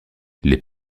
les